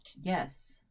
Yes